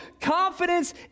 confidence